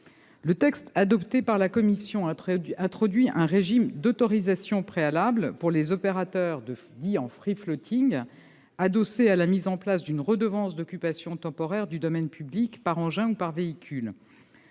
Le texte adopté par votre commission introduit un régime d'autorisation préalable pour les opérateurs de services dits « de », adossé à la mise en place d'une redevance d'occupation temporaire du domaine public par engins ou par véhicules.